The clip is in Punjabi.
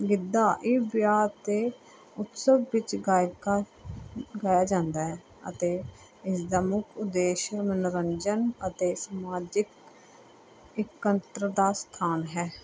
ਗਿੱਧਾ ਇਹ ਵਿਆਹ ਅਤੇ ਉਤਸਵ ਵਿੱਚ ਗਾਇਕਾ ਗਾਇਆ ਜਾਂਦਾ ਹੈ ਅਤੇ ਇਸ ਦਾ ਮੁੱਖ ਉਦੇਸ਼ ਮਨੋਰੰਜਨ ਅਤੇ ਸਮਾਜਿਕ ਇਕੱਤਰਤਾ ਸਥਾਨ ਹੈ